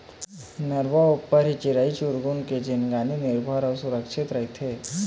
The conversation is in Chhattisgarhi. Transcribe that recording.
नरूवा ऊपर ही चिरई चिरगुन के जिनगी निरभर अउ सुरक्छित रहिथे